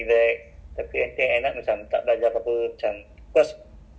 actually now eh all the interview ah